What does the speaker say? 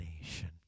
nation